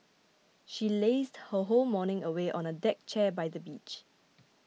she lazed her whole morning away on a deck chair by the beach